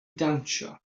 dawnsio